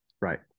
Right